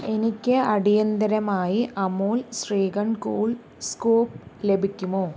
എനിക്ക് അടിയന്തരമായി Amul shrikhand cool scoop ലഭിക്കുമോ